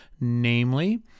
namely